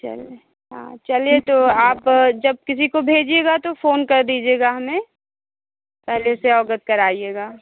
चले हाँ चलिए तो आप जब किसी को भेजिएगा तो फ़ोन कर दीजिएगा हमें पहले से अवगत कराइएगा